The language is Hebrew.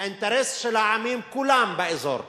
האינטרס של העמים כולם באזור,